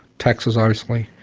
texas, obviously,